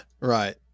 right